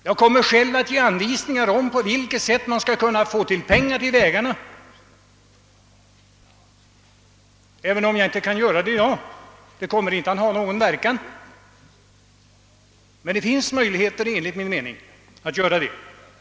Jag kommer själv att kunna ge anvisningar om på vilket sätt man skall kunna få pengar till vägarna även om jag inte kan göra det i dag, eftersom detta inte skulle ha någon verkan nu. Men det finns enligt min mening möjligheter att göra det vid annat tillfälle.